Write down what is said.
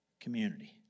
community